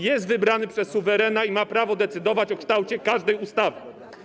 Jest on wybrany przez suwerena i ma prawo decydować o kształcie każdej ustawy.